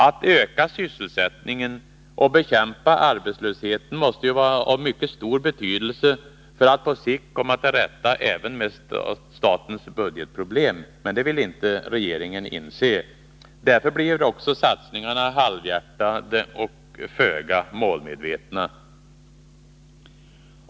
Att öka sysselsättningen och bekämpa arbetslösheten måste ju vara av mycket stor betydelse för att man på sikt skall kunna komma till rätta även med statens budgetproblem, men det vill regeringen inte inse. Därför blir också satsningarna halvhjärtade och föga målmedvetna.